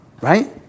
right